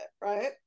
right